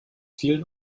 vielen